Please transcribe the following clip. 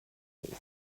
season